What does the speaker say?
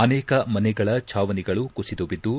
ಅನೇಕ ಮನೆಗಳ ಛಾವಣಿಗಳು ಕುಸಿದು ಬಿದ್ದು